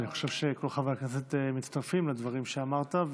ואני חושב שכל חברי הכנסת מצטרפים לדברים שאמרת,